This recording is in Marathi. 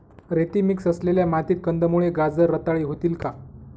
रेती मिक्स असलेल्या मातीत कंदमुळे, गाजर रताळी होतील का?